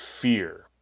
fear